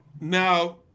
No